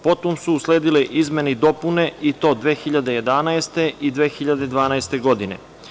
Potom su usledile izmene i dopune i to 2011. i 2012. godine.